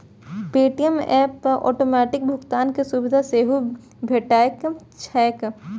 Paytm app पर automatic भुगतान के सुविधा सेहो भेटैत छैक